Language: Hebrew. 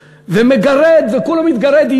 ומגרד, וכולו מתגרד.